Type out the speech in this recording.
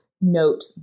note